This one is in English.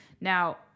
now